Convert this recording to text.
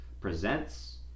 presents